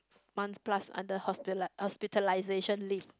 months plus under hospila~ hospitalization leave